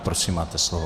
Prosím máte slovo.